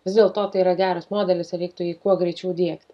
vis dėlto tai yra geras modelis ir reiktų jį kuo greičiau diegti